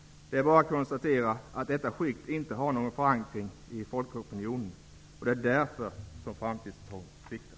Det är bara att konstatera att detta skikt inte har någon förankring i folkopinionen. Det är därför framtidstron sviktar.